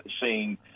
seeing